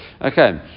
Okay